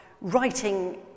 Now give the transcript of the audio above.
writing